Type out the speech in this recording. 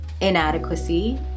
inadequacy